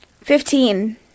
Fifteen